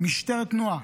משטרת תנועה.